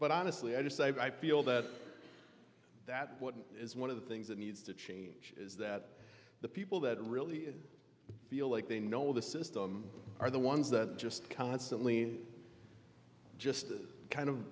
but honestly i just i feel that that what is one of the things that needs to change is that the people that really feel like they know the system are the ones that just constantly just kind of